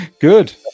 Good